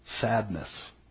sadness